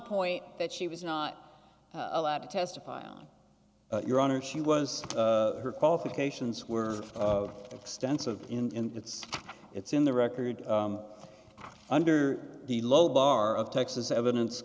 point that she was not allowed to testify on your own or she was her qualifications were extensive in it's it's in the record under the low bar of texas evidence